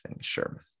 Sure